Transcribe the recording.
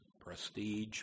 prestige